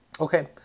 Okay